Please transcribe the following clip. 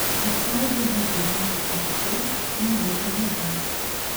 suspaudžiau džeko ranką smarkiau nei buvo būtina